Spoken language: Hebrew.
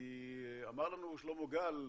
כי אמר לנו שלמה גל,